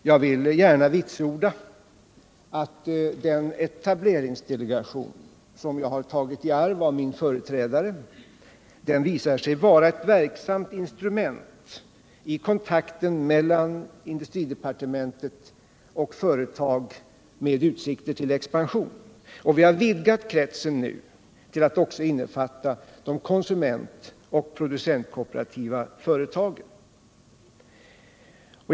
Jag vill gärna vitsorda att den etableringsdelegation som jag har tagit i arv efter min företrädare visar sig vara ett verksamt instrument i kontakten mellan industridepartementet och företag med utsikter till expansion. Vi har vidgat kretsen nu till att innefatta också de konsumentoch producentkooperativa företagen.